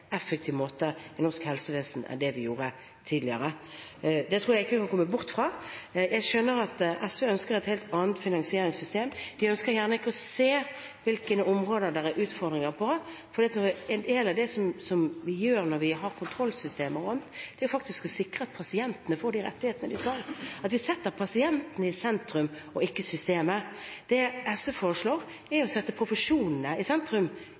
effektiv måte i norsk helsevesen enn det vi gjorde tidligere. Det tror jeg ikke vi kan komme bort fra. Jeg skjønner at SV ønsker et helt annet finansieringssystem, de ønsker gjerne ikke å se hvilke områder det er utfordringer på. En del av det vi gjør når vi har kontrollsystemer, er faktisk å sikre at pasientene får de rettighetene de skal ha, at vi setter pasienten og ikke systemet i sentrum. Det SV foreslår, er å sette profesjonene i sentrum